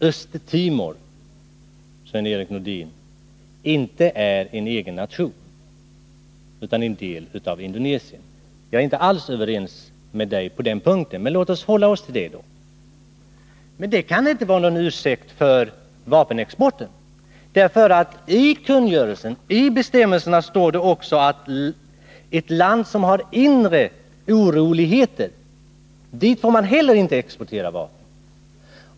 Östtimor är inte en egen nation utan en del av Indonesien, säger Sven-Erik Nordin. Vi är inte alls överens på den punkten, men låt oss hålla oss till detta. Det kan ändå inte vara någon ursäkt för vapenexporten. I bestämmelserna står nämligen också att till ett land som har inre oroligheter får man heller inte exportera vapen.